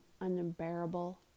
unbearable